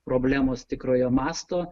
problemos tikrojo masto